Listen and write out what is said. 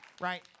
right